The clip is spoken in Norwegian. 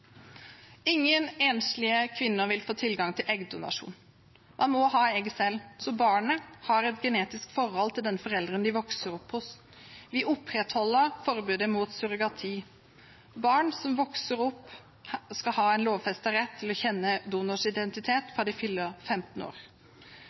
Ingen enslige kvinner vil få tilgang til eggdonasjon. Man må ha egg selv, slik at barnet har et genetisk forhold til den forelderen de vokser opp hos. Vi opprettholder forbudet mot surrogati. Barn som vokser opp, skal ha en lovfestet rett til å kjenne donors identitet